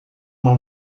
uma